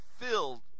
filled